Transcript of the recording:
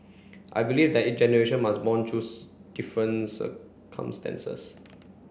I believe that each generation must bond though different circumstances